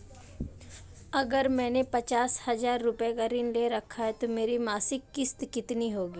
अगर मैंने पचास हज़ार रूपये का ऋण ले रखा है तो मेरी मासिक किश्त कितनी होगी?